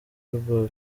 rwa